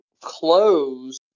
close